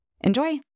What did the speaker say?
Enjoy